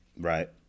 Right